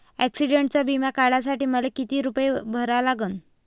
ॲक्सिडंटचा बिमा काढा साठी मले किती रूपे भरा लागन?